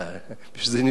בשביל זה הם נבחרו לכנסת.